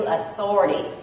authority